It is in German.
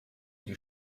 die